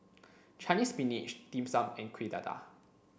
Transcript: Chinese spinach dim sum and Kueh Dadar